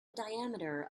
diameter